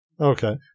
Okay